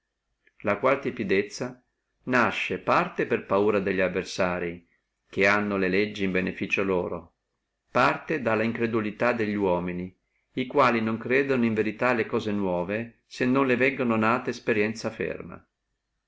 la quale tepidezza nasce parte per paura delli avversarii che hanno le leggi dal canto loro parte dalla incredulità delli uomini li quali non credano in verità le cose nuove se non ne veggono nata una ferma